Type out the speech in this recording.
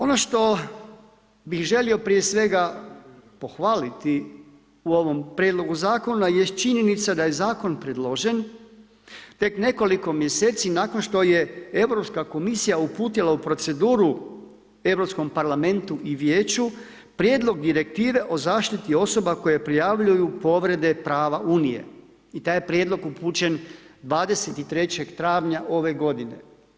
Ono što bih želio prije svega pohvaliti u ovom prijedlogu zakona jest činjenica da je zakon predložen tek nekoliko mjeseci nakon što je europska komisija uputila u proceduru europskom parlamentu i vijeću prijedlog direktive o zaštiti osoba koje prijavljuju povrede prava unije i taj je prijedlog upućen 23. travnja ove godine.